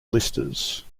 blisters